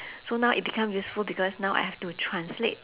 so now it become useful because now I have to translate